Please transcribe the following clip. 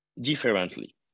differently